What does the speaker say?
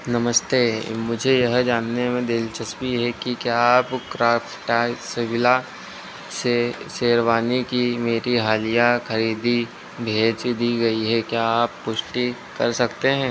नमस्ते मुझे यह जानने में दिलचस्पी है कि क्या आप क्राफ्ट्सविला से शेरवानी की मेरी हालिया खरीदी भेज दी गई है क्या आप पुष्टि कर सकते हैं